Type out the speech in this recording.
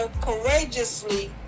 courageously